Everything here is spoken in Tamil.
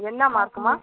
என்ன மார்க்கும்மா